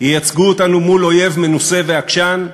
ייצגו אותנו מול אויב מנוסה ועקשן,